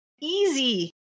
easy